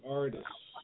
artists